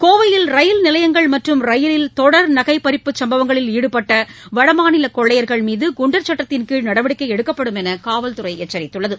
கோவையில் ரயில் நிலையங்கள் மற்றும் ரயிலில் தொடர் நகை பறிப்பு சம்பவங்களில் ஈடுபட்ட வடமாநில கொள்ளையர்கள் மீது குண்டர் சட்டத்தின்கீழ் நடவடிக்கை எடுக்கப்படும் என்று காவல்துறை எச்சரித்துள்ளது